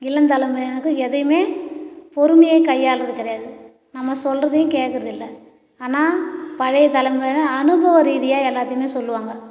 இளம் தலைமுறையினருக்கு எதையும் பொறுமையாக கையாளுறது கிடையாது நம்ம சொல்வதையும் கேட்கறதில்ல ஆனால் பழைய தலைமுறையினர் அனுபவரீதியாக எல்லாத்தையுமே சொல்லுவாங்க